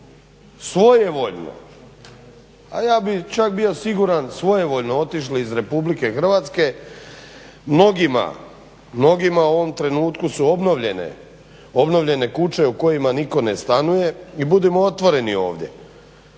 svojevoljno, a ja bih čak bio siguran svojevoljno otišli iz Republike Hrvatske, mnogima u ovom trenutku su obnovljene kuće u kojima nitko ne stanuje i budimo otvoreni ovdje.